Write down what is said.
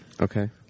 Okay